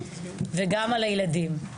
וגם על הילדים.